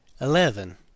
Eleven